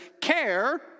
care